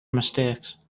mistakes